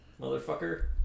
Motherfucker